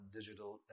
digital